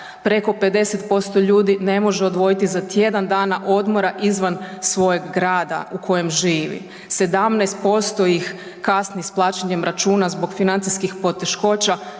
Preko 50% ljudi ne može odvojiti za tjedan dana odmora izvan svojeg grada u kojem živi. 17% ih kasni s plaćanjem računa zbog financijskih poteškoća,